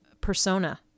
persona